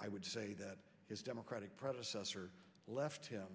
i would say that his democratic predecessor left him